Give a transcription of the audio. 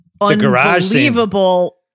unbelievable